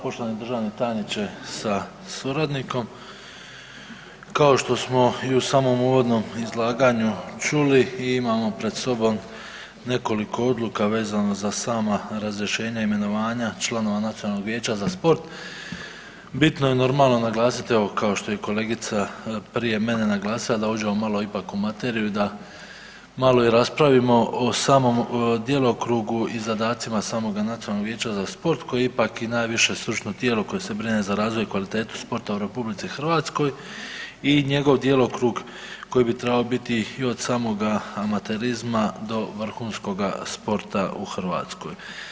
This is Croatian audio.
Poštovani državni tajniče sa suradnikom, kao što smo i u samom uvodnom izlaganju čuli i imamo pred sobom nekoliko odluka vezano za sama razrješenja i imenovanja članova Nacionalnog vijeća za sport bitno je normalno naglasiti evo kao što je i kolegica prije mene naglasila da uđemo malo ipak u materiju i da malo i raspravimo o samom djelokrugu i zadacima samoga Nacionalnoga vijeća za sport koji je ipak i najviše stručno tijelo koje se brine za razvoj i kvalitetu sporta u RH i njegov djelokrug koji bi trebao biti i od samoga amaterizma do vrhunskog sporta u Hrvatskoj.